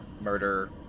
Murder